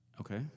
Okay